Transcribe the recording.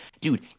dude